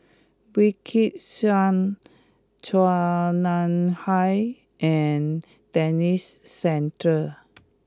Wykidd Song Chua Nam Hai and Denis Santry